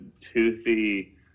toothy